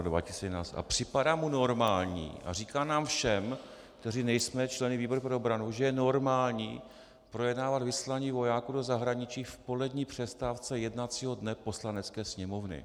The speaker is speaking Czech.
A připadá mu normální a říká nám všem, kteří nejsme členy výboru pro obranu, že je normální projednávat vysílání vojáků do zahraničí v polední přestávce jednacího dne Poslanecké sněmovny.